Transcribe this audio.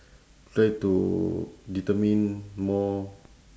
try to determine more